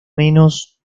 menos